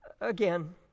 Again